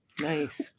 Nice